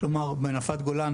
בנפת הגולן